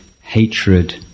hatred